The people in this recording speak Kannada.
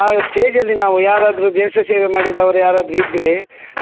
ಆ ಶ್ಟೇಜಲ್ಲಿ ನಾವು ಯಾರಾದರು ದೇಶ ಸೇವೆ ಮಾಡಿದವರು ಯಾರಾದ್ರೂ ಇದ್ದರೆ